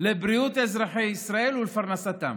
לבריאות אזרחית ישראל ולפרנסתם",